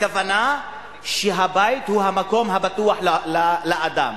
הכוונה שהבית הוא המקום הבטוח לאדם.